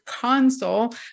console